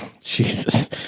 Jesus